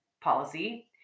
policy